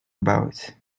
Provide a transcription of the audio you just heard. about